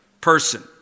person